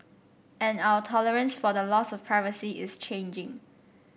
and our tolerance for the loss of privacy is changing